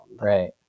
right